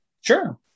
Sure